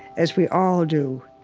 as we all do,